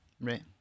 Right